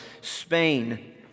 Spain